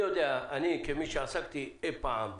אני כאחד שעסק בזה אי פעם,